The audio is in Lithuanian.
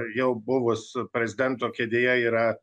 jau buvusio prezidento kėdėje yra